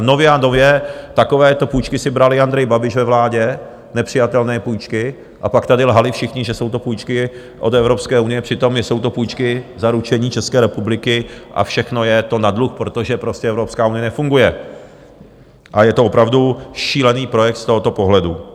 Nově a nově takovéto půjčky si bral i Andrej Babiš ve vládě, nepřijatelné půjčky, a pak tady lhali všichni, že jsou to půjčky od Evropské unie, přitom jsou to půjčky za ručení České republiky a všechno je to na dluh, protože prostě Evropská unie nefunguje a je to opravdu šílený projekt z tohoto pohledu.